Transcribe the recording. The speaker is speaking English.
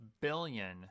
billion